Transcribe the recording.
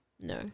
No